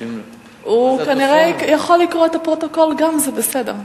הוא יכול גם לקרוא את הפרוטוקול, זה בסדר.